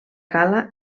cala